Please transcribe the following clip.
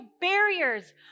barriers